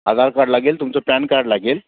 आधार card लागेल तुमचं PAN card लागेल